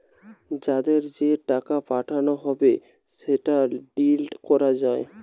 যাদের যে টাকা পাঠানো হবে সেটা ডিলিট করা যায়